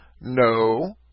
No